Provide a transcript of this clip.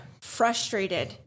frustrated